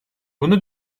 bunu